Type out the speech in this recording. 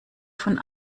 von